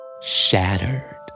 Shattered